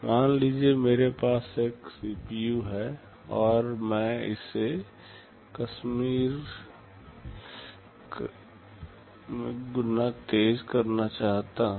मान लीजिए मेरे पास एक सीपीयू है और मैं इसे k गुना तेज करना चाहता हूं